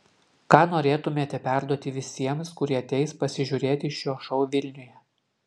ką norėtumėte perduoti visiems kurie ateis pasižiūrėti šio šou vilniuje